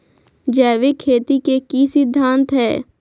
जैविक खेती के की सिद्धांत हैय?